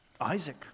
Isaac